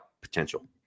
potential